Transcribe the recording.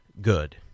Good